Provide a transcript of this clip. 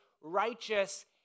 righteous